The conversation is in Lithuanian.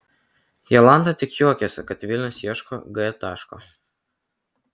jolanta tik juokiasi kad vilnius ieško g taško